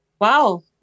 wow